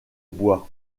boit